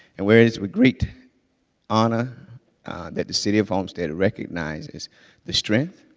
and whereas, with great honor that the city of homestead recognizes the strength,